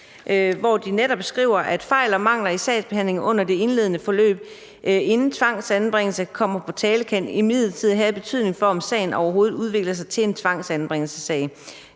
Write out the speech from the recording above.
hvor de netop skriver: »Fejl og mangler i sagsbehandlingen under det indledende forløb, inden tvangsanbringelse kommer på tale, kan imidlertid have betydning for, om sagen overhovedet udvikler sig til en tvangsanbringelsessag.